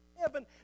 heaven